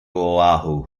oahu